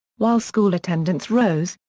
while school attendance rose,